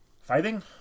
fighting